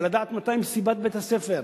ולדעת מתי מסיבת בית-הספר,